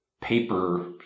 paper